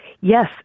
Yes